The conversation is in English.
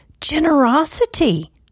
generosity